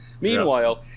Meanwhile